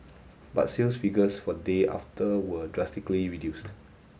but sales figures for the day after were drastically reduced